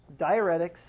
Diuretics